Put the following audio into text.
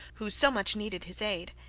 who so much needed his aid.